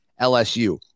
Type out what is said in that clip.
LSU